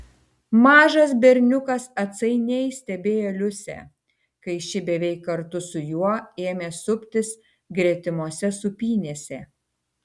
mažas berniukas atsainiai stebėjo liusę kai ši beveik kartu su juo ėmė suptis gretimose sūpynėse